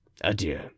Adieu